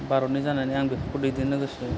भारतनि जानानै आं बेफोरखौ दैदेननो गोसो